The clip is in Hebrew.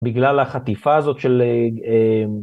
בגלל החטיפה הזאת של...